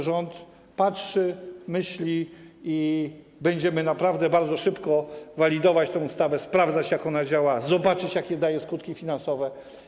Rząd patrzy, myśli i będziemy naprawdę bardzo szybko walidować tę ustawę, sprawdzać, jak ona działa, jakie przynosi skutki finansowe.